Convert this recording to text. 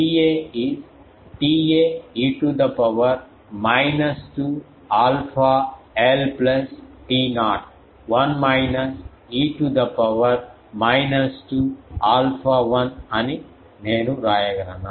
TA is TA e to the power minus 2 alpha l plus T0 1 minus e to the power minus 2 alpha 1 అని నేను వ్రాయగలనా